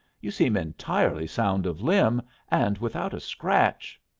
you seem entirely sound of limb and without a scratch.